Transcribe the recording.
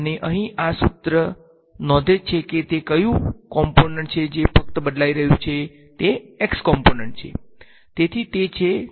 અને અહીં આ સૂત્ર નોંધે છે કે તે કયું કમ્પોનન્ટ છે જે ફક્ત બદલાઇ રહ્યું છે તે છે x કોમ્પોનન્ટ